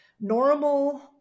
normal